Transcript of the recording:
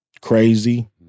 crazy